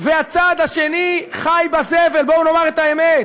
והצד השני חי בזבל, בואו נאמר את האמת: